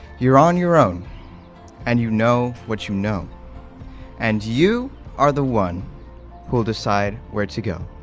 you're on your own and you know what you know and you are the one who'll decide where to go.